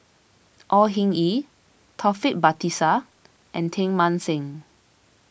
Au Hing Yee Taufik Batisah and Teng Mah Seng